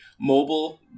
mobile